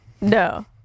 no